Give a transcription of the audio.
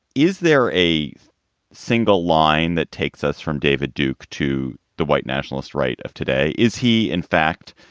is there a single line that takes us from david duke to the white nationalist right of today? is he, in fact,